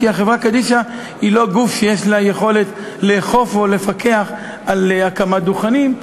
כי החברה קדישא היא לא גוף שיש לו יכולת לאכוף או לפקח על הקמת דוכנים,